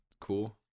cool